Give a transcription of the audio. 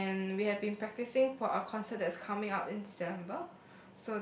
and we have been practising for a concert that's coming out in December